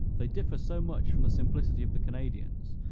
they differ so much from the simplicity of the canadians,